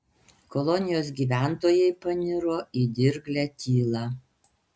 kolonijos gyventojai paniro į dirglią tylą